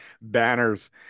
banners